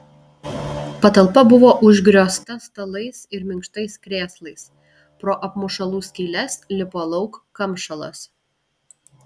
patalpa buvo užgriozta stalais ir minkštais krėslais pro apmušalų skyles lipo lauk kamšalas